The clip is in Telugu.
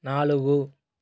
నాలుగు